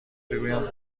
بگویم